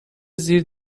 زیر